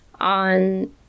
on